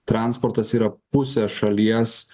transportas yra pusė šalies